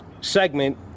segment